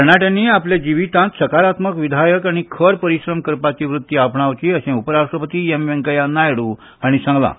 तरणाट्यांनी आपल्या जिवितांत सकारात्मक विधायक आनी खर कश्ट करपाची वृत्ती आपणावची अशें उपरराष्ट्रपती एन वेंकय्या नयाडू हांणी सांगलां